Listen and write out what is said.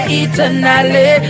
eternally